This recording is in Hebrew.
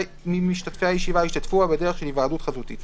ממשתתפי הישיבה ישתתפו בה בדרך של היוועדות חזותית.